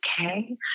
okay